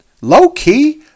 low-key